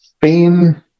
Spain